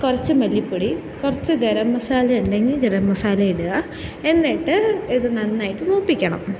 കുറച്ച് മല്ലിപ്പൊടി കുറച്ച് ഗരംമസാല ഉണ്ടെങ്കില് ഗരംമസാല ഇടുക എന്നിട്ട് ഇത് നന്നായിട്ട് മൂപ്പിക്കണം